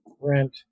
rent